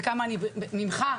ועם זאת,